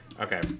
Okay